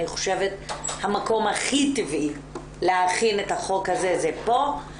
אני חושבת שהמקום הכי טבעי להכין את החוק הזה הוא פה.